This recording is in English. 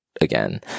again